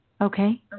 Okay